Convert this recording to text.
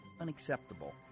unacceptable